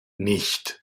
nicht